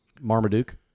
Marmaduke